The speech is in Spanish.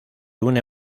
une